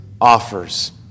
offers